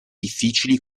difficili